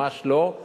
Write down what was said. ממש לא,